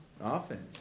offense